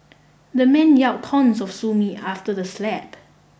the man yell taunts of sue me after the slap